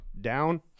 down